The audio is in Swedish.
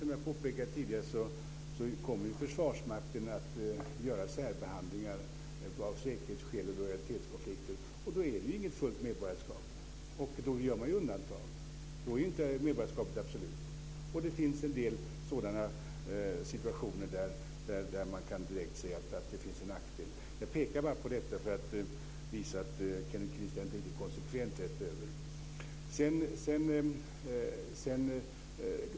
Som jag påpekade tidigare kommer Försvarsmakten att göra särbehandlingar av säkerhetsskäl och lojalitetskonflikter, och då är det inget fullt medborgarskap och då gör man undantag. Då är inte medborgarskapet absolut. Det finns en del sådana situationer där man direkt kan säga att det finns en nackdel. Jag pekar på detta bara för att visa att Kenneth Kvist inte är riktigt konsekvent.